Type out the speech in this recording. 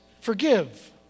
forgive